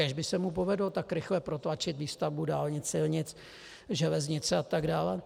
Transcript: Kéž by se mu povedlo tak rychle protlačit výstavbu dálnic, silnic, železnic a tak dále.